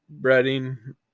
breading